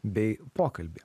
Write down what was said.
bei pokalbį